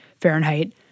Fahrenheit